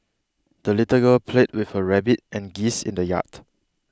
the little girl played with her rabbit and geese in the yard